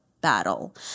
battle